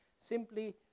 simply